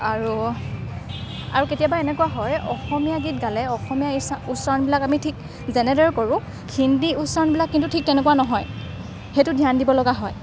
আৰু আৰু কেতিয়াবা এনেকুৱা হয় অসমীয়া গীত গালে অসমীয়া উচ্চাৰণবিলাক আমি ঠিক যেনেদৰে কৰোঁ হিন্দী উচ্চাৰণবিলাক কিন্তু ঠিক তেনেকুৱা নহয় সেইটোত ধ্যান দিব লগা হয়